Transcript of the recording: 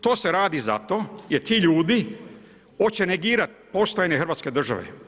To se radi zato, jer ti ljudi hoće negirati postojanje Hrvatske države.